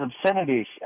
obscenities